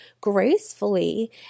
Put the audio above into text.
gracefully